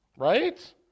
right